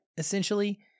essentially